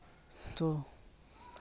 ᱛᱳ